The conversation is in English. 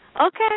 Okay